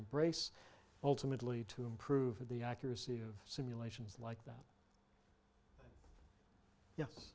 embrace ultimately to improve the accuracy of simulations like that yes